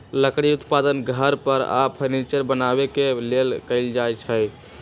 लकड़ी उत्पादन घर आऽ फर्नीचर बनाबे के लेल कएल जाइ छइ